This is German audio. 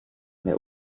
der